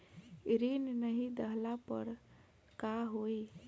ऋण नही दहला पर का होइ?